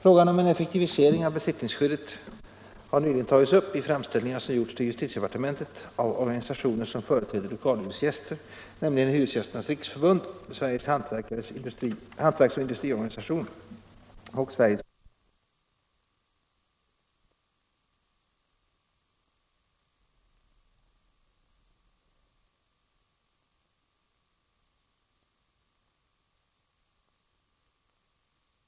Frågan om en effektivisering av besittningsskyddet har nyligen tagits upp i framställningar som gjorts till justitiedepartementet av organisationer som företräder lokalhyresgäster, nämligen Hyresgästernas riksförbund, Sveriges hantverks och industriorganisation och Sveriges köpmannaförbund. Både de framställningar som sålunda gjorts och de problem herr Henrikson har tagit upp övervägs nu inom justitiedepartementet.